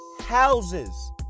houses